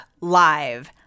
Live